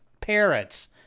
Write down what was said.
parrots